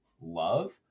love